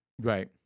right